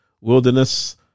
wilderness